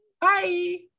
Bye